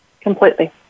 completely